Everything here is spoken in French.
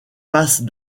passes